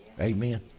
Amen